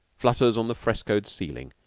flutters on the frescoed ceiling,